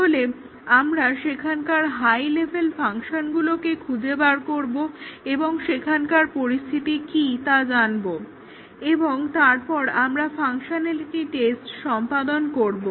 তাহলে আমরা সেখানকার হাই লেভেল ফাংশনগুলোকে খুঁজে বার করব এবং সেখানকার পরিস্থিতি কি তা জানব এবং তারপর আমরা ফাংশনালিটি টেস্ট সম্পাদন করব